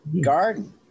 garden